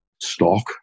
stock